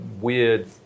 weird